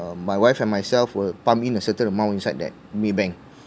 my wife and myself will pump in a certain amount inside that Maybank